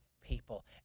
people